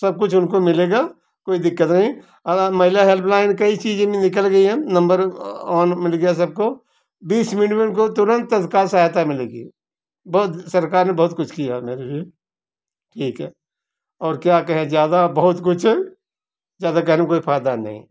सब कुछ उनको मिलेगा कोई दिक्कत नहीं और हाँ महिला हेल्पलाइन कई चीजें निकल गई है नंबर ऑन मिल गया सबको बीस मिनट में उनको तुरंत तत्काल सहायता मिलेगी बहुत सरकार ने बहुत कुछ किया मेरे लिए ठीक है और क्या कहें ज्यादा बहुत कुछ ज्यादा कहने का कोई फायदा नहीं